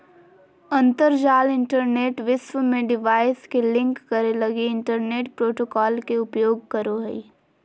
अंतरजाल इंटरनेट विश्व में डिवाइस के लिंक करे लगी इंटरनेट प्रोटोकॉल के उपयोग करो हइ